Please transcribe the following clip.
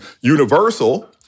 universal